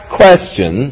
question